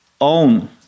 own